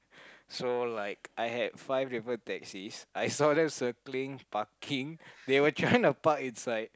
so like I had five different taxis I saw them circling parking they were trying to park inside